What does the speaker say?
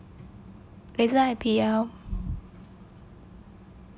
laser I_P_L